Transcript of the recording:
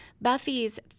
Buffy's